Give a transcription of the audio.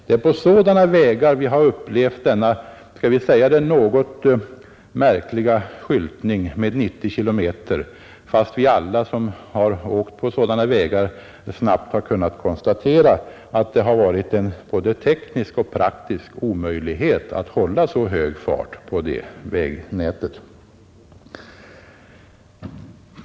Det är på sådana vägar vi har upplevt den något märkliga skyltningen 90 km i timmen, fastän alla trafikanter snabbt kunnat konstatera att det har varit en både teknisk och praktisk omöjlighet att hålla så hög fart.